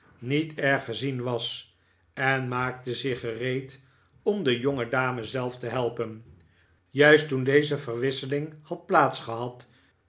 niet erg gezien was en maakte zich gereed om de jongedame zelf te helpen juist toen deze verwisseling had